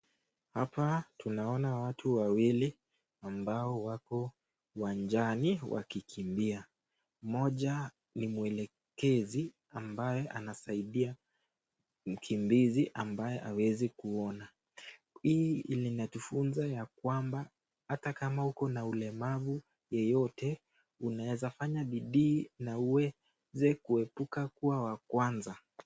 Hapa tunaona watu wawili ambao wako uwanjani wakikimbia. Moja ni mwelekezi ambaye anasaidia mkimbizi ambaye hawezi kuona. Hii linatufunza ya kwamba hata kama uko na ulemavu yeyote, unaweza fanya bidii na uweze kuepuka kuwa wa kwanza.